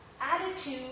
attitude